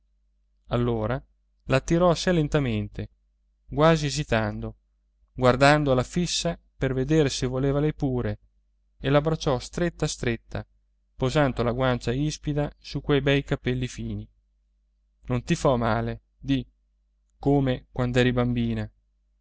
può allora l'attirò a sé lentamente quasi esitando guardandola fissa per vedere se voleva lei pure e l'abbracciò stretta stretta posando la guancia ispida su quei bei capelli fini non ti fo male di come quand'eri bambina